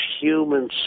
Human